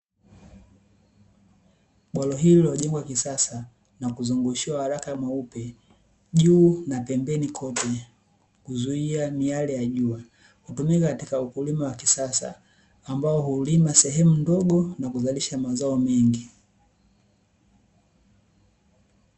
Bwalo hili lililojegwa kisasa likizungushiwa waraka mweupe juu na pembeni kote, kuzuia miale ya jua. Hutumika katika ukulima wa kisasa, ambao hulima sehemu ndogo na kuzalisha mazao mengi .